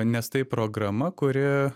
nes tai programa kuri